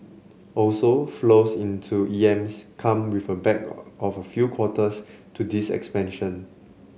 also flows into E M S come with a lag of a few quarters to this expansion